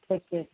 ठीके छै